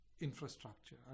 infrastructure